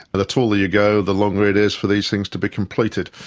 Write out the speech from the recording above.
the taller you go, the longer it is for these things to be completed.